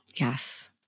Yes